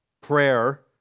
prayer